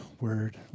word